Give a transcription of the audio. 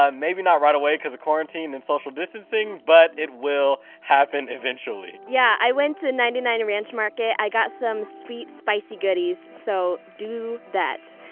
um maybe not right away cause of quarantine and social distancing but, it will happen eventually! yeah, i went to ninety nine ranch market. i got some sweet spicy goodies. so, do that!